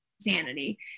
sanity